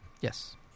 Yes